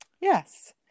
yes